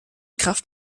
kraft